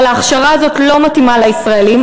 אבל ההכשרה הזאת לא מתאימה לישראלים.